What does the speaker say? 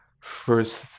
first